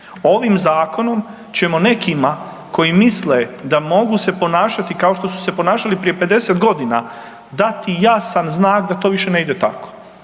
Ovim zakonom ćemo nekima koji misle da mogu se ponašati kao što su se ponašali prije 50 godina dati jasan znak da to više ne ide tako